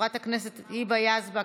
חברת הכנסת היבה יזבק,